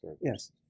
Yes